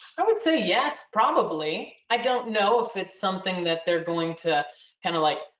i would say yes, probably. i don't know if it's something that they're going to kind of like,